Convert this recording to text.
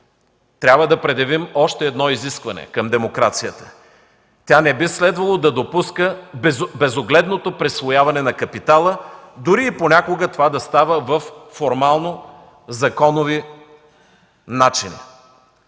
трябва да предявим още едно изискване към демокрацията: тя не би следвало да допуска безогледното присвояване на капитала, дори и понякога това да става по формално законови начини.